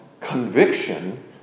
conviction